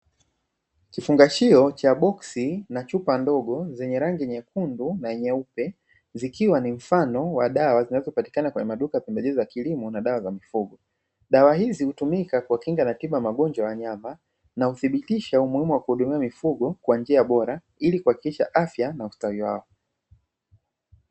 Kifungashio cha boksi na chupa ndogo zenye rangi nyekundu na nyeupe, zikiwa ni mfano wa dawa zinazopatikana kwenye maduka ya pembejeo za kilimo na dawa za mifugo. Dawa hizi hutumika kuwakinga na tiba magonjwa ya wanyama na huthibitisha umuhimu wa kuhudumia mifugo kwa njia bora ili kuhakikisha afya na ustawi wao.